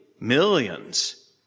millions